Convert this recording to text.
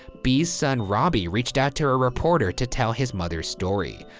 bee's son robbie reached out to a reporter to tell his mother's story.